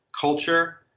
culture